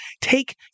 take